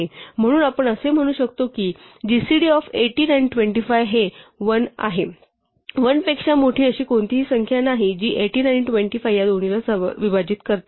म्हणून आपण असे म्हणू शकतो की gcd of 18 आणि 25 हे 1 आहे 1 पेक्षा मोठी अशी कोणतीही संख्या नाही जी 18 आणि 25 या दोन्हीला विभाजित करते